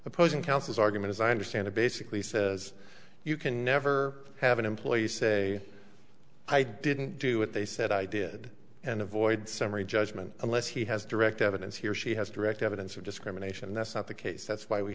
opposing counsel's argument as i understand it basically says you can never have an employee say i didn't do what they said i did and avoid summary judgment unless he has direct evidence he or she has direct evidence of discrimination that's not the case that's why we